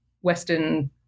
Western